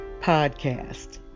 podcast